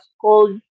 called